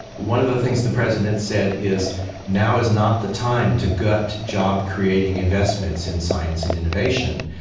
one of the things the president said is now is not the time to gut job-creating investments in science and innovation,